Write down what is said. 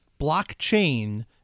blockchain